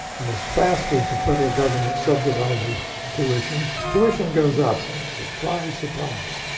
and as fast as the federal government subsidizes tuition, tuition goes up. surprise, surprise.